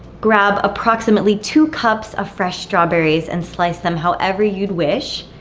grab approximately two cups of fresh strawberries and slice them however you'd wish,